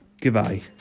Goodbye